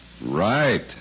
Right